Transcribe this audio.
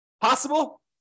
Possible